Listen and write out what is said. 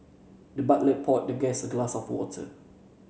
the butler poured the guest a glass of water